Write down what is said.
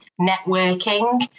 networking